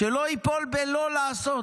שלא ייפול בלא לעשות.